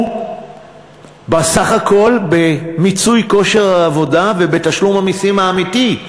בסך הכול במיצוי כושר העבודה ובתשלום המסים האמיתי,